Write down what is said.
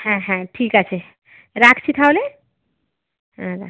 হ্যাঁ হ্যাঁ ঠিক আছে রাখছি তাহলে হ্যাঁ রাখি